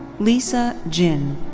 lisa jin.